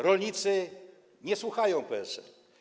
Rolnicy nie słuchają PSL.